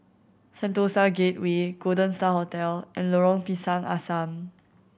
Sentosa Gateway Golden Star Hotel and Lorong Pisang Asam